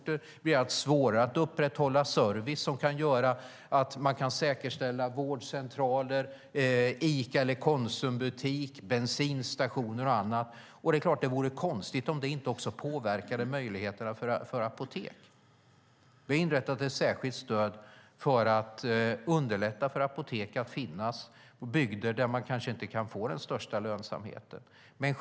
Det blir allt svårare att upprätthålla service och säkerställa vårdcentraler, Ica och Konsumbutiker, bensinstationer och annat. Det vore konstigt om det inte också påverkade möjligheterna för apotek. Vi har inrättat ett särskilt stöd för att underlätta för apotek att finnas i bygder där man kanske inte kan få den största lönsamheten.